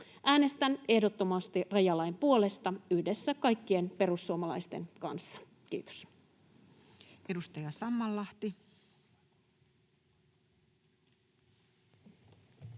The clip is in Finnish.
Äänestän ehdottomasti rajalain puolesta yhdessä kaikkien perussuomalaisten kanssa. — Kiitos. [Speech